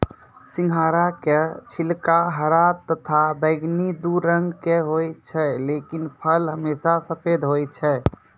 सिंघाड़ा के छिलका हरा तथा बैगनी दू रंग के होय छै लेकिन फल हमेशा सफेद होय छै